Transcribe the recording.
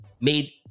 made